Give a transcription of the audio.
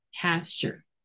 pasture